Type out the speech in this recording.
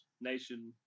Nation